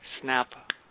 snap